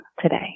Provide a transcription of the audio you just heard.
today